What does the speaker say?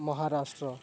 Maharashtra